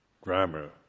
grammar